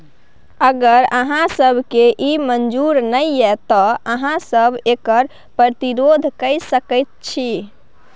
अगर अहाँ सभकेँ ई मजूर नहि यै तँ अहाँ सभ एकर प्रतिरोध कए सकैत छी